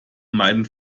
meinen